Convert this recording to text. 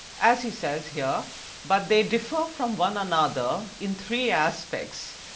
as he says here but they differ from one another in three aspects,